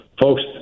Folks